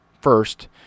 first